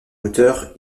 auteur